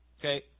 Okay